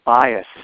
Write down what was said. bias